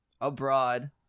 abroad